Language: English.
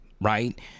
right